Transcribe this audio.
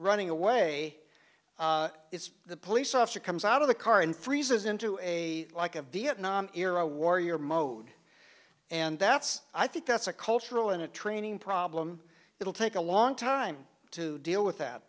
running away it's the police officer comes out of the car and freezes into a like a vietnam era warrior mode and that's i think that's a cultural and a training problem it'll take a long time to deal with that